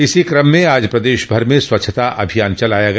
इसी क्रम में आज प्रदेश भर में स्वच्छता अभियान चलाया गया